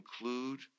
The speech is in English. include